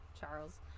Charles